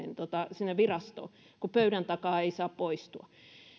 sinne virastoon sossua tapaamaan kun pöydän takaa ei saa poistua